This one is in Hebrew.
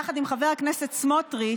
ביחד עם חבר הכנסת סמוטריץ',